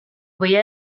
või